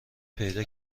پیدا